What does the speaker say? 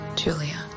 Julia